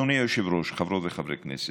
אדוני היושב-ראש, חברות וחברי הכנסת,